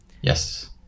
yes